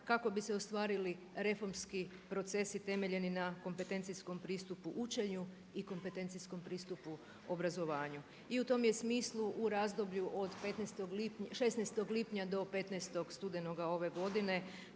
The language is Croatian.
kako bi se ostvarili reformski procesi temeljeni na kompetencijskom pristupu učenju i kompetencijskom pristupu obrazovanju. I u tom je smislu u razdoblju od 16. lipnja do 15. studenog ove godine